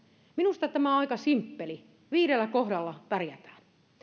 minusta tämä on aika simppeli viidellä kohdalla pärjätään